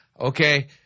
Okay